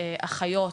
אחיות,